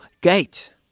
gate